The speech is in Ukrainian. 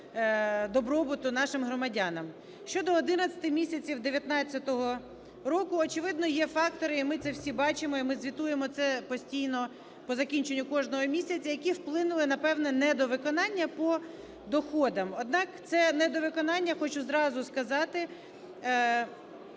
добробуту нашим громадянам. Щодо 11 місяців 19-го року. Очевидно, є фактори, і ми це всі бачимо, і ми звітуємо це постійно по закінченню кожного місяця, які вплинули на певне недовиконання по доходах. Однак це недовиконання, хочу зразу сказати,